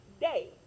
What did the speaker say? day